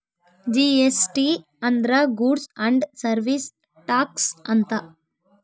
GST ಅಂದ್ರ goods and service tax ಅಂತ